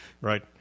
Right